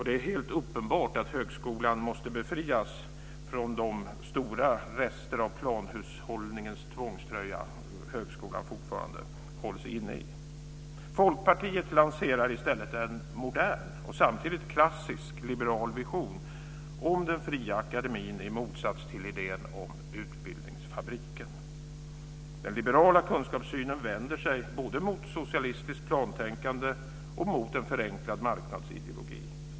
Det är helt uppenbart att högskolan måste befrias från stora rester av planhushållningens tvångströja. Folkpartiet lanserar i stället en modern och samtidigt klassisk liberal vision om den fria akademin, i motsats till idén om utbildningsfabriken. Den liberala kunskapssynen vänder sig både mot socialistiskt plantänkande och en förenklad marknadsideologi.